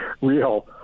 real